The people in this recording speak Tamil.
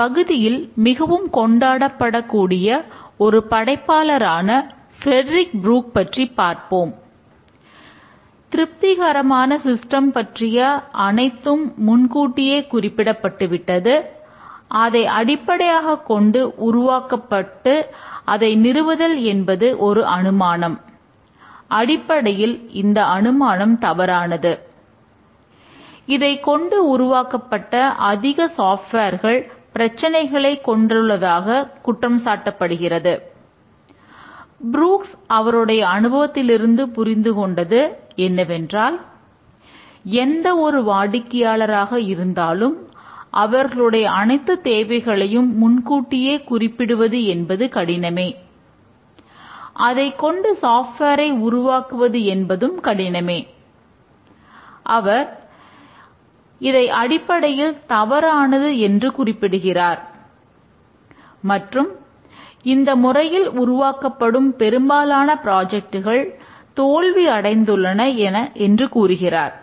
இந்தத் பகுதியில் மிகவும் கொண்டாடப் படக்கூடிய ஒரு படைப்பாளர் ஆன ஃபிரெடரிக் ப்ரூக்ஸ் தோல்வி அடைந்துள்ளன என்று கூறுகிறார்